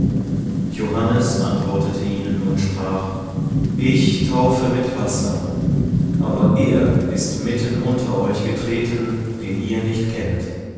johannes antwortete ihnen und sprach ich taufe mit wasser aber er ist mitten unter euch getreten den ihr nicht kennt